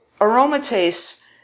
aromatase